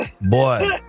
Boy